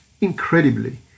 incredibly